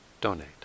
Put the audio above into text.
donate